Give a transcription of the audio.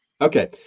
Okay